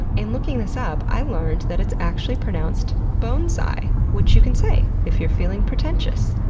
and looking this up i learned that it's actually pronounced bone-sai, which you can say if you're feeling pretentious.